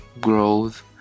growth